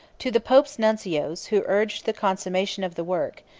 to the pope's nuncios, who urged the consummation of the work,